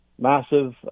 Massive